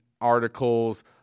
articles